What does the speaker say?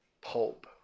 pulp